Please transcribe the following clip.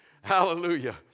Hallelujah